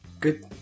Good